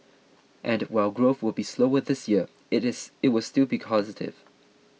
and while growth will be slower this year it is it will still be positive